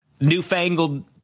newfangled